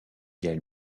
gaël